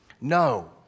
No